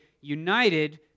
united